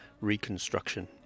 Reconstruction